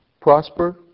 prosper